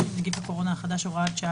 עם נגיף הקורונה החדש (הוראת שעה),